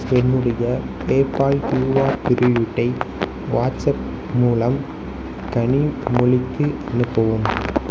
என்னுடைய PayPal QR குறியீட்டை WhatsApp மூலம் கனிமொழிக்கு அனுப்பவும்